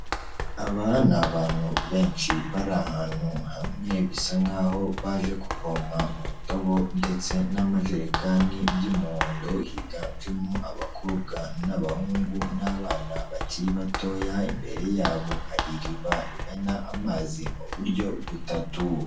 Aba ni abantu benshi bari ahantu hamwe bisa nk'aho baje kuvoma mu ndobo ndetse n'amajerekani by'umuhondo, higanjemo abakobwa n'abahungu n'abana bakiri batoya, imbere yabo hari iriba rimena amazi mu buryo butatu.